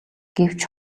гэвч